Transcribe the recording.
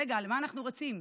רגע, למה אנחנו רצים?